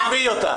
תתבעי אותה.